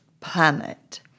planet